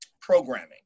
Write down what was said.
programming